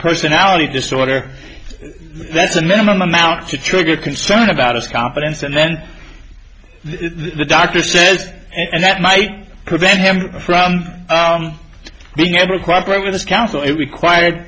personality disorder that's a minimum amount to trigger concern about his competence and then the doctor says and that might prevent him from being able cooperate with his counsel it required